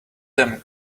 them